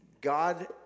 God